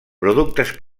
productes